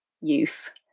youth